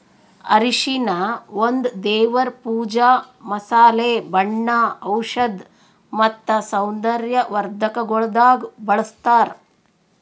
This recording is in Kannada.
ಅರಿಶಿನ ಒಂದ್ ದೇವರ್ ಪೂಜಾ, ಮಸಾಲೆ, ಬಣ್ಣ, ಔಷಧ್ ಮತ್ತ ಸೌಂದರ್ಯ ವರ್ಧಕಗೊಳ್ದಾಗ್ ಬಳ್ಸತಾರ್